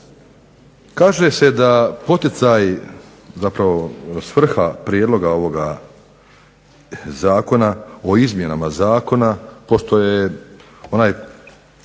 Kaže se da poticaj, svrha prijedloga ovoga Zakona o izmjenama Zakona, pošto je onaj